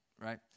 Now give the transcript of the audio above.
Right